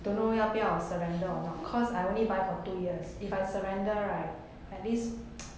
don't know 要不要 surrender or not cause I only buy for two years if I surrender at least